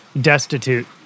Destitute